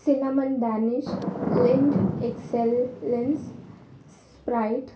cinnamon Danish lind excel lens sprite